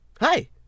Hi